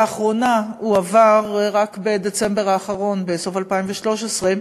לאחרונה, רק בדצמבר האחרון, בסוף 2013,